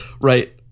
right